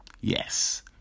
Yes